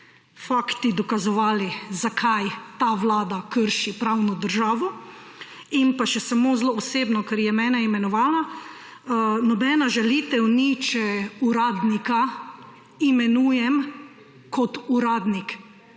fakti dokazovali, zakaj ta vlada krši pravno državo. In pa še samo zelo osebno, ker je mene imenovala. Nobena žalitev ni, če uradnika imenujem, kot uradnik.